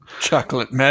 Chocolate